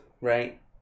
right